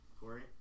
Corey